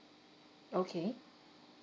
okay